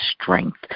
strength